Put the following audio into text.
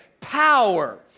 power